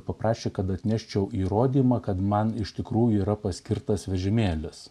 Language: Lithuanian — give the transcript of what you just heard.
paprašė kad atneščiau įrodymą kad man iš tikrųjų yra paskirtas vežimėlis